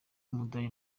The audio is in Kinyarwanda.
w’umudage